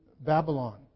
Babylon